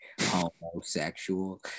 homosexual